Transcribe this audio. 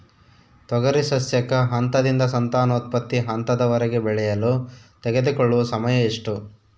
ತೊಗರಿ ಸಸ್ಯಕ ಹಂತದಿಂದ ಸಂತಾನೋತ್ಪತ್ತಿ ಹಂತದವರೆಗೆ ಬೆಳೆಯಲು ತೆಗೆದುಕೊಳ್ಳುವ ಸಮಯ ಎಷ್ಟು?